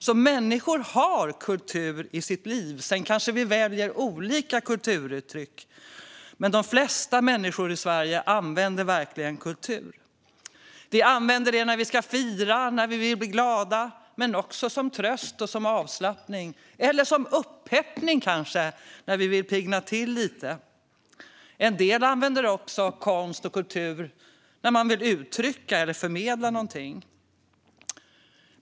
Människor har alltså kultur i sitt liv. Vi väljer kanske olika kulturuttryck, men de flesta människor i Sverige använder verkligen kultur. Vi använder det när vi ska fira, när vi vill bli glada men också som tröst eller avslappning eller kanske som uppeppning när vi vill piggna till lite. En del använder konst och kultur när de vill uttrycka eller förmedla något.